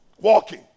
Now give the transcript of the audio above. walking